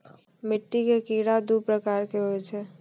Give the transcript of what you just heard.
मिट्टी के कीड़ा दू प्रकार के होय छै